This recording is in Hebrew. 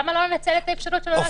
למה לא לנצל את האפשרות של הוראת שעה?